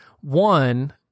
one